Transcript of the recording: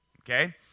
okay